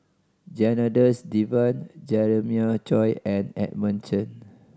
Janadas Devan Jeremiah Choy and Edmund Chen